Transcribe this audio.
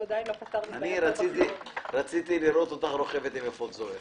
עדיין לא פתרנו את בעיית ה --- רציתי לראות אותך רוכבת עם אפוד זוהר